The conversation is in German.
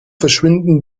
verschwinden